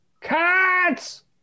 Cats